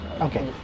Okay